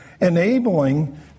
enabling